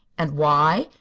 and why?